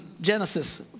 Genesis